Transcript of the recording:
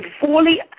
fully